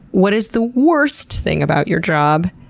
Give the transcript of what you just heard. what is the worst thing about your job?